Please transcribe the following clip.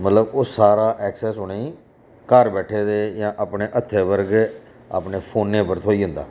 मतलब ओह् सारा ऐक्सैस उ'नेंई घर बैठे दे अपने हत्थै पर गै अपने फोनै पर थ्होई जंदा